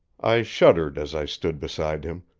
i shuddered as i stood beside him,